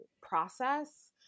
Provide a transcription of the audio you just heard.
process